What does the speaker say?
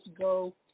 go